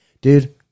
Dude